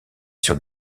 sur